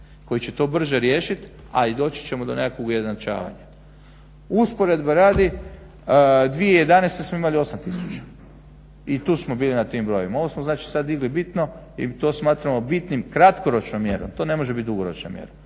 koji će to brže riješit, a i doći ćemo do nekakvog ujednačavanja. Usporedbe radi, 2011. smo imali 8 tisuća i tu smo bili na tim brojevima. Ovo smo znači sad digli bitno i to smatramo bitnim, kratkoročnom mjerom. To ne može biti dugoročna mjera,